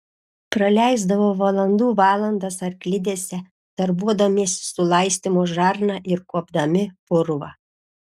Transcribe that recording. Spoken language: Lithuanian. praleisdavo valandų valandas arklidėse darbuodamiesi su laistymo žarna ir kuopdami purvą